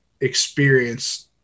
experience